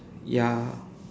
ya